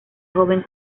joven